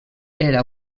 era